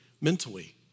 mentally